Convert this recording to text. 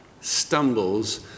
stumbles